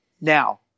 now